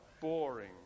boring